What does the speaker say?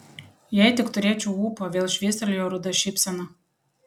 jei tik turėčiau ūpo vėl švystelėjo ruda šypsena